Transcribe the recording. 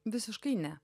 visiškai ne